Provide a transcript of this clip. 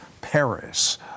Paris